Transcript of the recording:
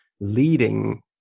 leading